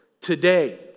today